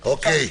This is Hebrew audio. כן,